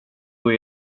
och